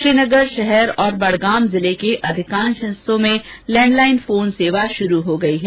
श्रीनगर शहर और बडगाम जिले के अधिकांश हिस्सों में लैंडलाइन फोन सेवा शुरू हो गई है